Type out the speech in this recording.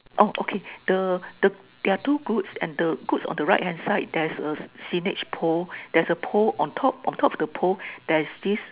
oh okay the the there are two goods and the goods on the right hand side there's a signage pole there's a pole on top on top of the pole there is